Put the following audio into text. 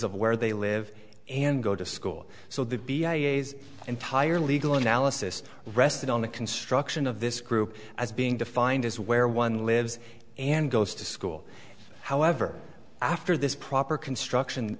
of where they live and go to school so the b i l s entire legal analysis rested on the construction of this group as being defined as where one lives and goes to school however after this proper construction